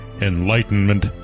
ENLIGHTENMENT